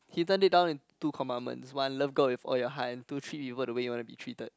he turned it down in two commandments one love God with all your heart and two treat people the way you want to be treated